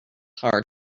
hard